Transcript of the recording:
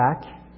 back